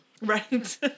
Right